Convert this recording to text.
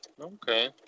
okay